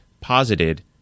posited